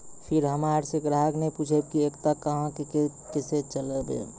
फिर हमारा से ग्राहक ने पुछेब की एकता अहाँ के केसे चलबै?